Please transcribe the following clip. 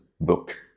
book